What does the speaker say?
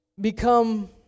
Become